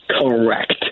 correct